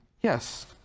Yes